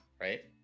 right